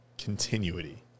continuity